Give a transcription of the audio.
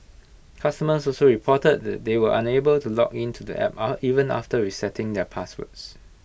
customers also reported that they were were unable to log in to the app even after resetting their passwords